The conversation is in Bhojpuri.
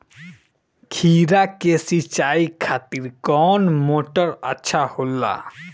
खीरा के सिचाई खातिर कौन मोटर अच्छा होला?